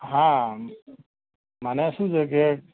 હા મને શું છે કે